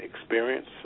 experience